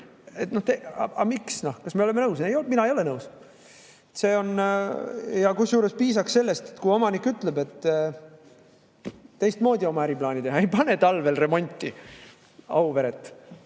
Aga miks? Kas me oleme nõus? Mina ei ole nõus. Kusjuures piisaks sellest, kui omanik ütleb, et teistmoodi on vaja oma äriplaani teha. Ei pane talvel Auveret